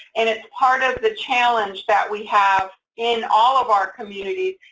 and it's part of the challenge that we have in all of our communities,